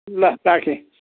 ल राखेँ